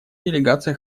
делегация